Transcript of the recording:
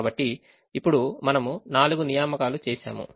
కాబట్టి ఇప్పుడు మనము నాలుగు నియామకాలు చేసాము